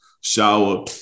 Shower